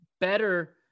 better –